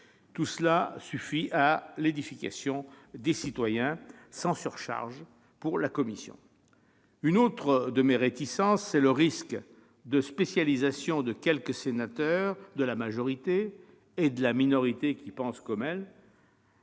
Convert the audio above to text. Cela suffit à l'édification des citoyens, sans créer de surcharge pour la commission. J'ai une autre réticence, tenant au risque de spécialisation de quelques sénateurs de la majorité et de la minorité qui pensent comme elle.